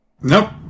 Nope